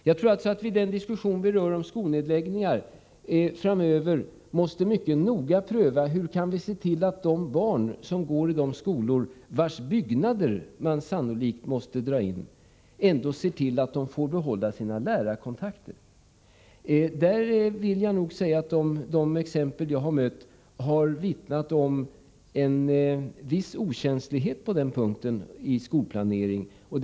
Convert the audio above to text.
Jag tror alltså att vi i de diskussioner som rör skolnedläggningar framöver måste mycket noga pröva hur vi kan se till att de barn som går i skolor från vilka de sannolikt måste flyttas ändå får behålla sina lärarkontakter. De exempel jag har mött har vittnat om en viss okänslighet på den punkten i skolplaneringen.